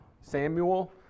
Samuel